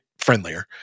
friendlier